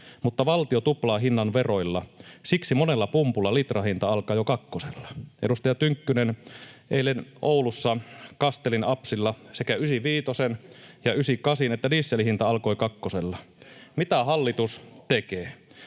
mutta valtio tuplaa hinnan veroilla. Siksi monella pumpulla litrahinta alkaa jo kakkosella.” Edustaja Tynkkynen, eilen Oulussa Kastellin Apsilla sekä ysiviitosen ja ysikasin että dieselin hinta alkoi kakkosella. Mitä hallitus tekee?